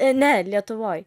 ne lietuvoj